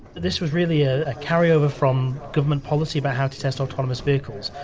this was really a carry-over from government policy about how to test autonomous vehicles.